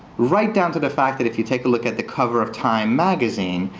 right down to the fact that if you take a look at the cover of time magazine,